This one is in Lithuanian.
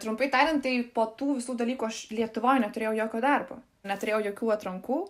trumpai tariant tai po tų visų dalykų aš lietuvoj neturėjau jokio darbo neturėjau jokių atrankų